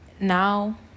Now